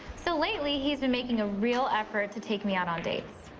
so lately, he's been making a real effort to take me out on dates.